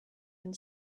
and